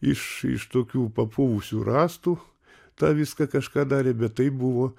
iš iš tokių papuvusių rąstų tą viską kažką darė bet tai buvo